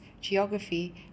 geography